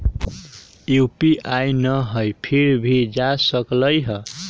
UPI न हई फिर भी जा सकलई ह?